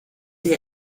der